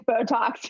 Botox